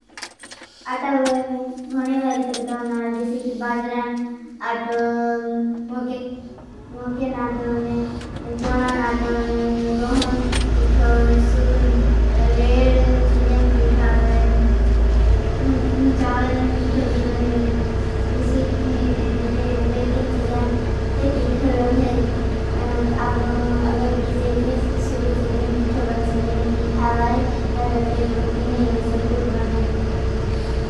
आटा गोने बारी फिरकाना है। जैसे कि बाजरान आटो, मोके नाटो, चोणा नाटो, गहोन पीठो, सुबन रेड चीजन पीठावे। चावलन पीठो भी रोहेद। जैसे कि लेकन चीजन पीठो रोहेद। आपनो अगर पीठो जैसे सुबन रेड चीजन पीठो बन सगेने। पीठावे या तर रूटीने यह सबूत बने।